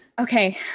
Okay